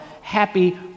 happy